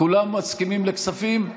כולם מסכימים לכספים?